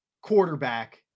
Quarterback